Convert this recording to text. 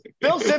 Bill